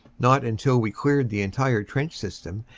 not until we cleared the entire trench system,